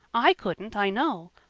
i couldn't, i know.